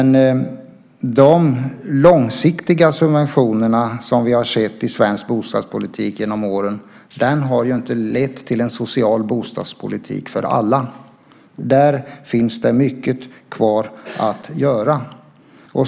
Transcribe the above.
De långsiktiga subventioner som vi har sett i svensk bostadspolitik genom åren har ju inte lett till en social bostadspolitik för alla. Där finns det mycket kvar att göra.